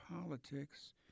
politics